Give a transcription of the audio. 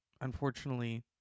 unfortunately